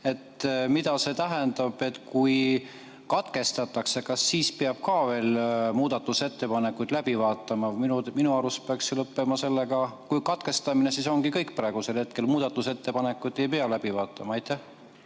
Mida see tähendab, kui katkestatakse? Kas siis peab ka veel muudatusettepanekuid läbi vaatama? Minu arust peaks see sellega lõppema. Kui on katkestamine, siis ongi kõik praegu, muudatusettepanekuid ei pea läbi vaatama. Aitäh,